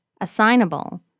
assignable